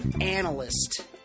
Analyst